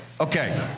Okay